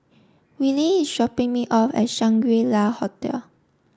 Willy is dropping me off at Shangri La Hotel